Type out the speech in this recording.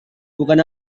bukan